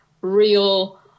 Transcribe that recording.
real